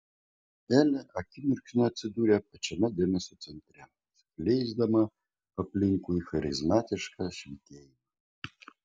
elė akimirksniu atsidūrė pačiame dėmesio centre skleisdama aplinkui charizmatišką švytėjimą